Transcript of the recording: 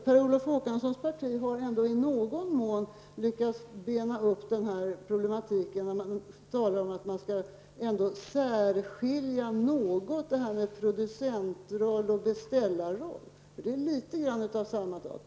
Per Olof Håkanssons parti har ändå i någon mån lyckats bena ut problematiken i det sammanhanget. Det talas ju ändå om en viss skillnad när det gäller producentrollen och beställarrollen. I viss mån handlar det om samma sak.